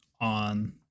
On